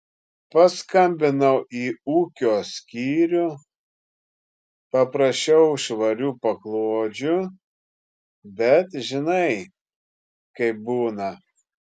paskambinau į ūkio skyrių paprašiau švarių paklodžių bet žinai kaip būna